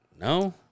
No